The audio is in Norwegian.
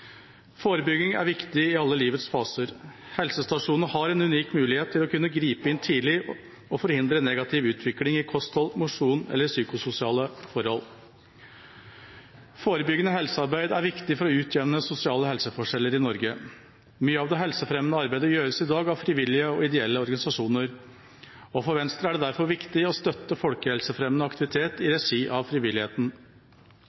har en unik mulighet til å kunne gripe inn tidlig og forhindre negativ utvikling i kosthold, mosjon eller psykososiale forhold. Forebyggende helsearbeid er viktig for å utjevne sosiale helseforskjeller i Norge. Mye av det helsefremmende arbeidet gjøres i dag av frivillige og ideelle organisasjoner. For Venstre er det derfor viktig å støtte folkehelsefremmende aktivitet i